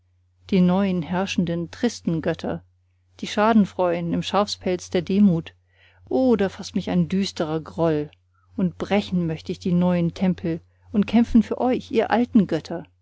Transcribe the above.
die neuen herrschenden tristen götter die schadenfrohen im schafspelz der demut o da faßt mich ein düsterer groll und brechen möcht ich die neuen tempel und kämpfen für euch ihr alten götter